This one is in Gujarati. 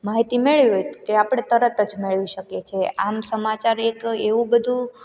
માહિતી મેળવી તે આપણે તરત જ મેળવી શકીએ છીએ આમ સમાચાર એક એવું બધું